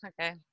Okay